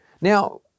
Now